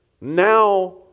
now